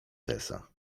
tesa